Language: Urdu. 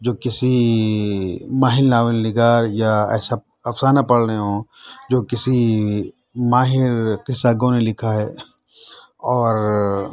جو کسی ماہر ناول نگار یا ایسا افسانہ پڑھ رہے ہوں جو کسی ماہر قصّہ گو نے لکھا ہے اور